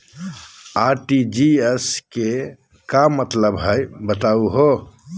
RTGS के का मतलब हई, बताहु हो?